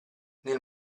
nel